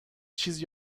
چیز